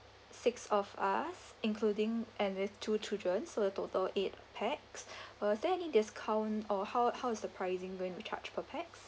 six of us including and with two children so the total eight pax was there any discount or how how is the pricing going to charge per pax